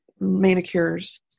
manicures